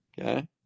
okay